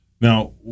Now